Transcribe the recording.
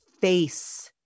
face